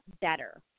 better